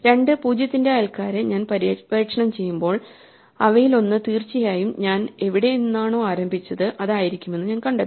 2 0 ന്റെ അയൽക്കാരെ ഞാൻ പര്യവേക്ഷണം ചെയ്യുമ്പോൾ അവയിലൊന്ന് തീർച്ചയായും ഞാൻ എവിടെ നിന്നാണോ ആരംഭിച്ചത് അതായിരിക്കുമെന്ന് ഞാൻ കണ്ടെത്തും